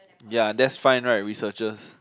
ya that's fine right we suggest